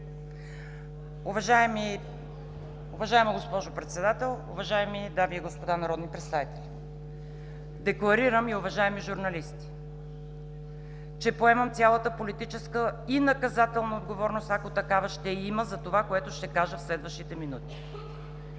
Уважаема госпожо Председател, уважаеми дами и господа народни представители, уважаеми журналисти! Декларирам, че поемам цялата политическа и наказателна отговорност, ако такава ще има, за това, което ще кажа в следващите минути,